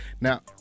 Now